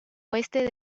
oeste